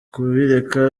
kubireka